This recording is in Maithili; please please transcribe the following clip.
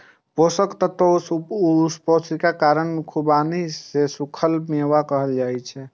पोषक तत्वक उपस्थितिक कारण खुबानी कें सूखल मेवा कहल जाइ छै